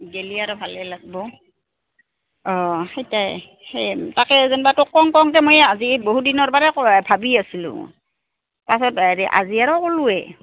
গেলি আৰু ভালেই লাগব অঁ সেইটাই সেই তাকে যোনবা তো কম কম যে মই আজি বহুত দিনৰ পাৰে ভাবি আছিলোঁ তাৰাছত হেৰি আজি আৰু ক'লোৱ